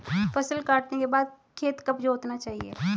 फसल काटने के बाद खेत कब जोतना चाहिये?